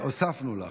הוספנו לך.